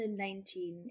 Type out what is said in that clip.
2019